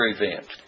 event